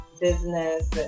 business